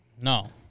No